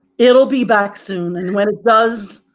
it'll be back, soon. and when it does,